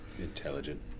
Intelligent